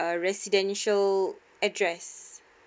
uh residential address